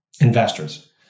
investors